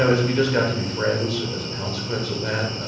so as we just got to be friends, as a consequence of that,